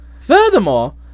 Furthermore